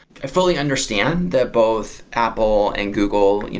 i fully understand that both apple and google, you know